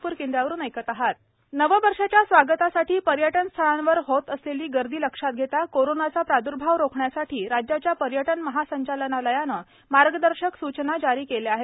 पर्यटन महासंचालनालय नववर्षाच्या स्वागतासाठी पर्यटनस्थळांवर होत असलेली गर्दी लक्षात घेता कोरोनाचा प्रादुर्भाव रोखण्यासाठी राज्याच्या पर्यटन महासंचालनालयानं मार्गदर्शक सूचना जारी केल्या आहेत